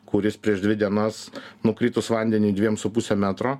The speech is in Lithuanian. kuris prieš dvi dienas nukritus vandeniui dviem su puse metro